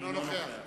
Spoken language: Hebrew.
אינו נוכח